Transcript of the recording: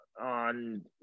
on